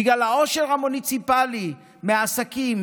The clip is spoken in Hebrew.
בגלל העושר המוניציפלי מעסקים,